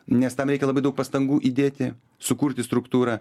nes tam reikia labai daug pastangų įdėti sukurti struktūrą